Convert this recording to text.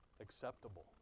Acceptable